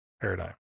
paradigm